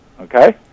Okay